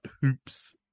hoops